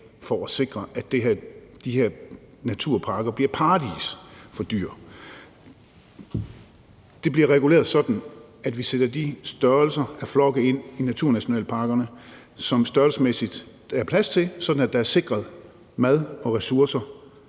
for at sikre at de her naturparker bliver paradis for dyr. Det bliver reguleret sådan, at vi sætter de størrelser af flokke ind i naturnationalparkerne, som der størrelsesmæssigt er plads til, sådan at der er sikret mad og ressourcer